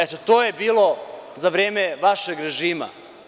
Eto, to je bilo za vreme vašeg režima.